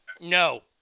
No